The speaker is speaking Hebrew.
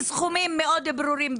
בסכומים מאוד ברורים,